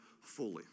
fully